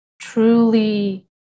truly